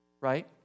Right